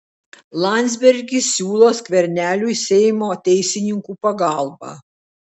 landsbergis siūlo skverneliui seimo teisininkų pagalbą